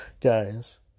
Guys